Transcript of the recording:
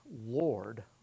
Lord